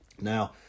Now